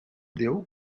déu